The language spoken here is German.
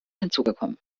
hinzugekommen